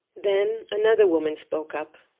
then another woman spoke up,